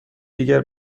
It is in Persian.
دیگر